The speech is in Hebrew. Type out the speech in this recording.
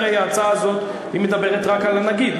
הרי ההצעה הזאת מדברת רק על הנגיד,